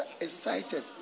excited